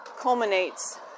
culminates